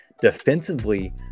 Defensively